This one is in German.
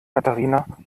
katharina